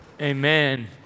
Amen